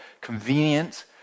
convenient